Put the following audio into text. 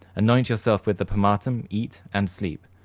anoint yourself with the pomatum, eat and sleep.